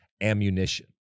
ammunition